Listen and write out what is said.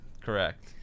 Correct